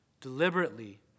deliberately